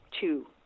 two